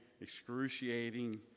excruciating